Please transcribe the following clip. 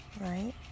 Right